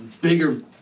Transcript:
bigger